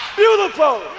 beautiful